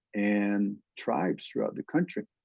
and tribes throughout the country.